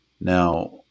Now